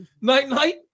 night-night